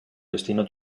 destino